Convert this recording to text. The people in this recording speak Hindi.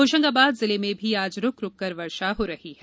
होशंगाबाद जिले में भी आज रूक रूककर वर्षा हो रही है